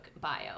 bio